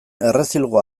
errezilgo